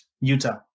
Utah